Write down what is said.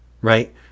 right